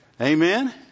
Amen